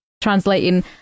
translating